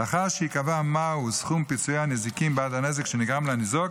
לאחר שייקבע מה הוא סכום פיצויי הנזיקין בעד הנזק שנגרם לניזוק,